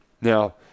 now